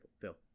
Phil